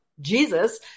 Jesus